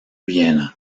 viena